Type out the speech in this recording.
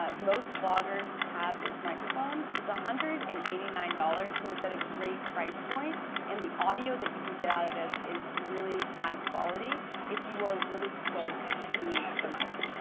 ah most vloggers have this microphone. it's one hundred and eighty nine dollars so it's at a great price point and the audio that you can get out of this is really high quality if you are really close to the mic.